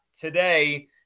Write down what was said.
today